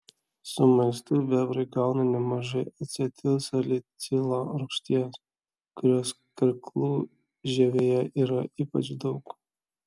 su maistu bebrai gauna nemažai acetilsalicilo rūgšties kurios karklų žievėje yra ypač daug